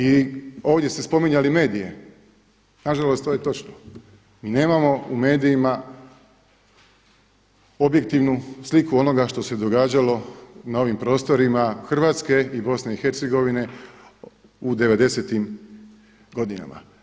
I ovdje ste spominjali medije, nažalost to je točno mi nemamo u medijima objektivnu sliku onoga što se događalo na ovim prostorima Hrvatske i BIH u 90. tim godinama.